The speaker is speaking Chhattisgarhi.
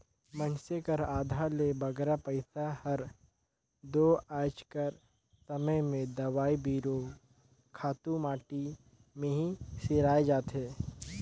मइनसे कर आधा ले बगरा पइसा हर दो आएज कर समे में दवई बीरो, खातू माटी में ही सिराए जाथे